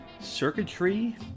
Circuitry